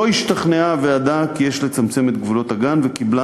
לא השתכנעה הוועדה כי יש לצמצם את גבולות הגן וקיבלה